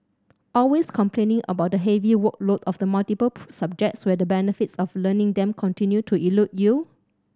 always complaining about the heavy workload of the multiple subjects where the benefits of learning them continue to elude you